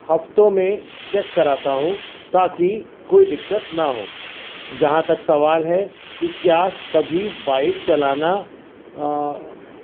ہفتوں میں چیک کراتا ہوں تاکہ کوئی دقت نہ ہو جہاں تک سوال ہے کہ کیا کبھی بائک چلانا